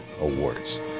Awards